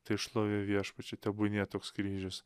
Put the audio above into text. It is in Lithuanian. tai šlovė viešpačiui tebūnie toks kryžius